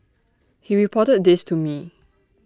he reported this to me